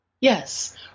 Yes